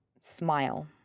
smile